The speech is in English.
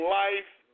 life